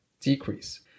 decrease